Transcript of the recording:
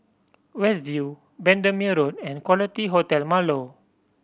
West View Bendemeer Road and Quality Hotel Marlow